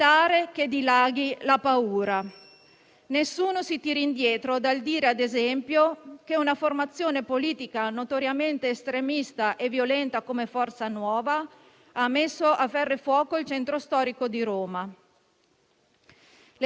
La nostra democrazia forte non si farà impressionare da una bomba carta o da un cassonetto incendiato.